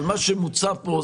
מה שמוצע כאן,